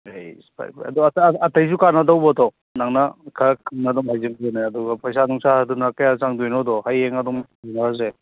ꯑꯩꯁ ꯐꯔꯦ ꯐꯔꯦ ꯑꯗꯨꯗꯤ ꯑꯇꯩꯁꯨ ꯀꯥꯟꯅꯗꯧꯕꯗꯣ ꯅꯪꯅ ꯈꯔ ꯈꯪꯅ ꯑꯗꯨꯝ ꯍꯥꯏꯖꯤꯟꯈꯣꯅꯦ ꯑꯗꯨꯒ ꯄꯩꯁꯥ ꯅꯨꯡꯁꯥꯗꯨꯅ ꯀꯌꯥ ꯆꯪꯗꯣꯏꯅꯣꯗꯣ ꯍꯌꯦꯡ ꯑꯗꯨꯝ ꯊꯦꯡꯅꯔꯁꯦ